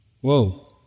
Whoa